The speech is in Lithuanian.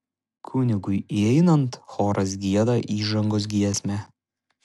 kunigui įeinant choras gieda įžangos giesmę